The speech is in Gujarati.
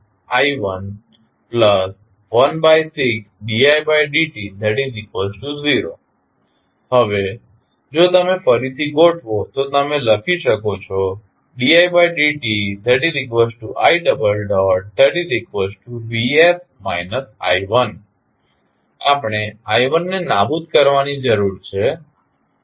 vsi116didt0 હવે જો તમે ફરીથી ગોઠવો તો તમે લખી શકો છો didtivs i1 આપણે i1ને નાબૂદ કરવાની જરૂર છે